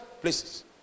places